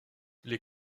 les